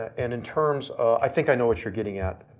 and in terms, i think i know what you're getting at.